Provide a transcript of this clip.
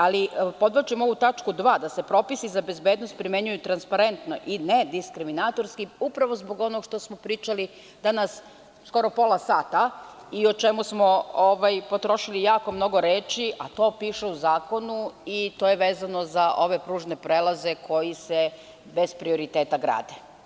Ali, podvlačim ovu tačku 2. da se propisi za bezbednost primenjuju transparentno i nediskriminatorski upravo zbog onog što smo pričali danas skoro pola sata i o čemu smo potrošili jako mnogo reči, a to piše u zakonu, i to je vezano za ove pružne prelaze koji se bez prioriteta grade.